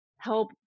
help